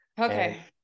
Okay